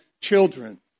children